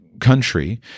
country